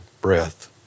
breath